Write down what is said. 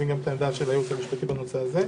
גם את העמדה של הייעוץ המשפטי בנושא הזה.